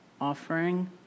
offering